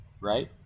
right